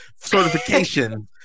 certification